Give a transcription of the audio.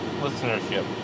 listenership